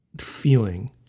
feeling